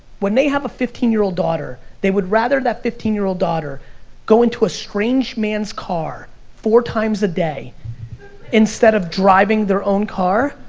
when they have a fifteen year old daughter, they would rather than fifteen year old daughter go into a strange man's car four times a day instead of driving their own car,